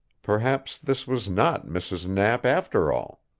perhaps this was not mrs. knapp after all.